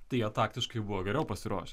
tai jie taktiškai buvo geriau pasiruošę